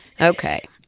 Okay